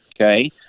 Okay